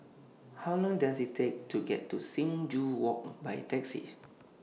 How Long Does IT Take to get to Sing Joo Walk By Taxi